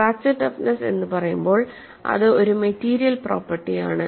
fracture toughness എന്ന് പറയുമ്പോൾ അത് ഒരു മെറ്റീരിയൽ പേപ്പർട്ടി ആണ്